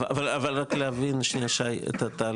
שי, אני רוצה להבין את התהליך.